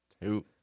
two